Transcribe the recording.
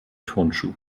turnschuh